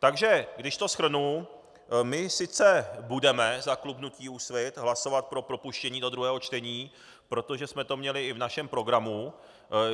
Takže když to shrnu, my sice budeme za klub hnutí Úsvit hlasovat pro propuštění do druhého čtení, protože jsme to měli i v našem programu,